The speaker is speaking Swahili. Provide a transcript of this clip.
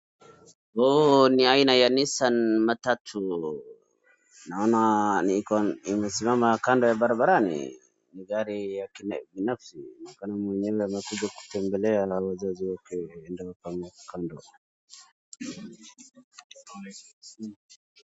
Huu ni aina ya Nissan matatu. Naona iko imesimama kando ya barabarani. Ni gari ya kibinafsi. huenda kuna mwenyewe amekuja kutembelea wazazi wake ndio akapaki kando.